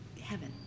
heaven